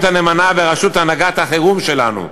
הנאמנה בראשות הנהגת החירום שלנו,